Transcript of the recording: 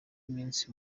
iminsi